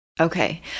Okay